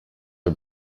are